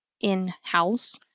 in-house